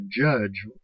judge